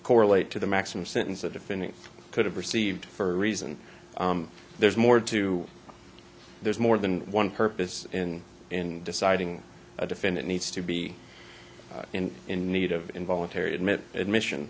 correlate to the maximum sentence that defending could have received for a reason there's more to there's more than one purpose and in deciding a defendant needs to be in in need of involuntary admit it mission